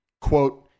quote